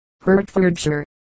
Hertfordshire